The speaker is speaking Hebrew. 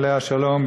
עליה השלום,